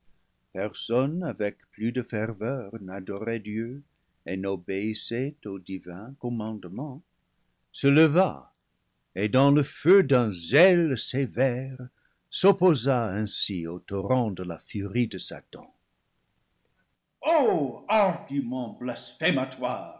personne avec plus de ferveur n'adorait dieu et n'obéissait aux divins commande ments se leva et dans le feu d'un zèle sévère s'opposa ainsi au torrent de la furie de satan o argument